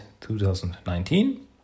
2019